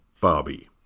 Barbie